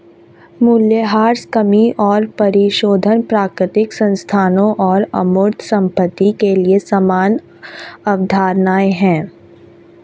मूल्यह्रास कमी और परिशोधन प्राकृतिक संसाधनों और अमूर्त संपत्ति के लिए समान अवधारणाएं हैं